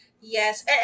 yes